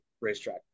racetrack